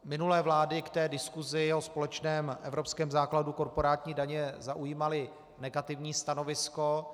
Minulé vlády k té diskusi o společném evropském základu korporátní daně zaujímaly negativní stanovisko.